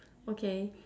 okay